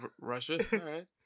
Russia